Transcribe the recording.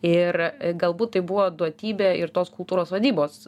ir galbūt tai buvo duotybė ir tos kultūros vadybos